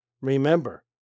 Remember